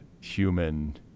human